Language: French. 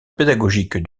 pédagogique